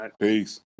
Peace